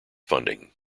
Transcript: funding